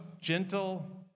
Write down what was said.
gentle